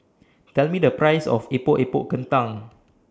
Tell Me The Price of Epok Epok Kentang